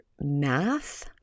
math